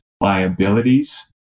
liabilities